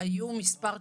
היו מספר תקלות,